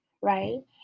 right